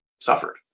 suffered